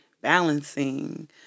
balancing